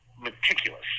meticulous